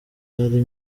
ari